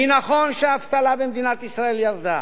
כי נכון שהאבטלה במדינת ישראל ירדה,